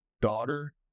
daughter